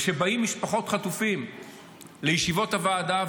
וכשבאים משפחות חטופים לישיבות הוועדה,